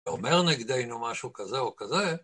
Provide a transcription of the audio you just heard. ‫ואומר נגדנו משהו כזה או כזה,